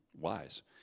wise